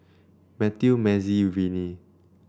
Mathew Mazie Viney